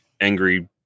angry